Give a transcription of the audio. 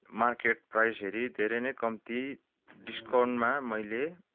market price हेरी धेरै नै कम्ती डिस्काउन्टमा मैले